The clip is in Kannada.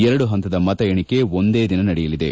ಎರಡು ಹಂತದ ಮತ ಎಣಿಕೆ ಒಂದೇ ದಿನ ನಡೆಯಲಿದೆ